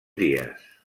dies